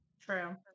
True